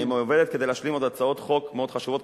היא עובדת כדי להשלים עוד הצעות חוק מאוד חשובות,